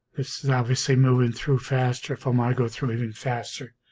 is obviously moving through faster from i go through even faster